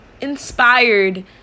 inspired